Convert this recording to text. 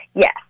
Yes